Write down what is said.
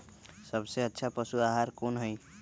सबसे अच्छा पशु आहार कोन हई?